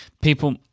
People